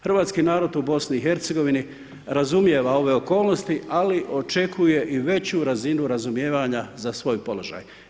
Hrvatski narod u BiH razumijeva ove okolnosti, ali očekuje i veću razinu razumijevanja za svoj položaj.